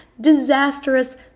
disastrous